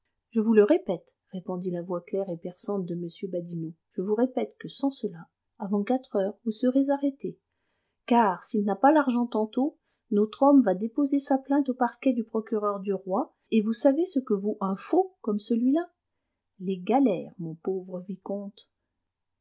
je vous le répète répondit la voix claire et perçante de m badinot je vous répète que sans cela avant quatre heures vous serez arrêté car s'il n'a pas l'argent tantôt notre homme va déposer sa plainte au parquet du procureur du roi et vous savez ce que vaut un faux comme celui-là les galères mon pauvre vicomte